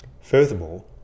Furthermore